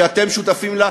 שאתם שותפים לה,